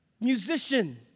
musician